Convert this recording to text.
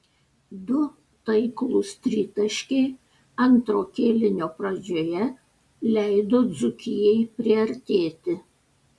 du taiklūs tritaškiai antro kėlinio pradžioje leido dzūkijai priartėti